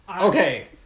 okay